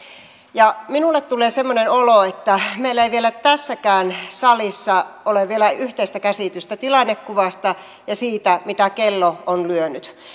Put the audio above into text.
minulle tulee semmoinen olo että meillä ei vielä tässäkään salissa ole yhteistä käsitystä tilannekuvasta ja siitä mitä kello on lyönyt